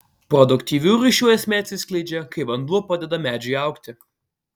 produktyvių ryšių esmė atsiskleidžia kai vanduo padeda medžiui augti